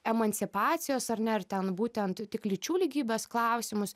emancipacijos ar ne ar ten būtent tik lyčių lygybės klausimus